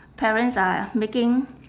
parents are making